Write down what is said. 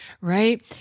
right